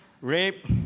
rape